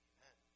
Amen